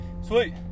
sweet